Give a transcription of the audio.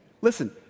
listen